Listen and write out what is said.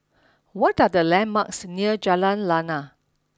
what are the landmarks near Jalan Lana